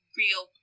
real